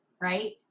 Right